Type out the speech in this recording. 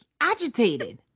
agitated